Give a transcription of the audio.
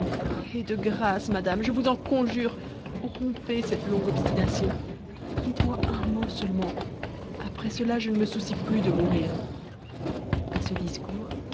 de grâce madame je vous en conjure rompez cette longue obsti on dites-moi un mot seulement après cela je ne me soucie plus de mourir a ce discours